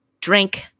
drink